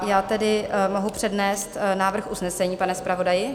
Já tedy mohu přednést návrh usnesení, pane zpravodaji.